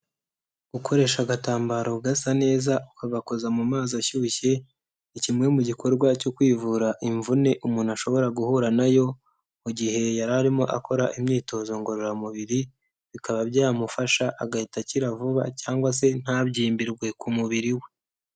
Ukoresha agatambaro gasa neza ukagakoza mu mazi ashyushye, ni kimwe mu mu gikorwa cyo kwivura imvune umuntu ashobora guhura nayo, mu gihe yari arimo akora imyitozo ngororamubiri, bikaba byamufasha agahita akira vuba cyangwa se ntabyimbirwe ku mubiri we.